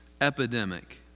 epidemic